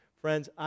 Friends